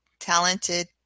talented